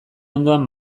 ondoan